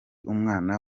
umwana